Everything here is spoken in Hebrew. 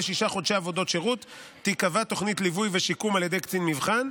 שישה חודשי עבודות שירות תיקבע תוכנית ליווי ושיקום על ידי קצין מבחן,